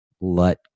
let